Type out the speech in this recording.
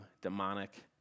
demonic